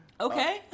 Okay